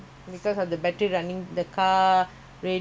the waiting for daddy to come